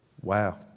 Wow